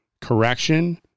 correction